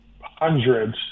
hundreds